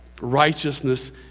righteousness